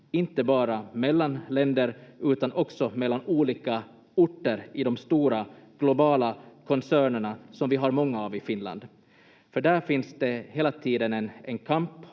inte bara mellan länder utan också mellan olika orter i de stora globala koncernerna som vi har många av i Finland. Där finns det hela tiden en kamp